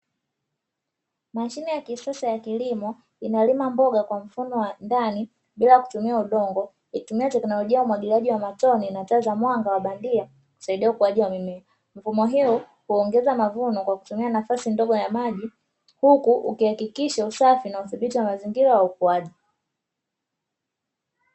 Mashine ya kisasa ya kilimo inalima mboga kwa mfano wa ndani bila kutumia udongo, ikitumia teknolojia ya umwagiliaji wa matone na taa za mwanga wa bandia husaidia ukuaji wa mimea. Mfumo huu huongeza mavuno kwa kutumia nafasi ndogo ya maji, huku ukihakikisha usafi na udhibiti wa mazingira wa ukuaji.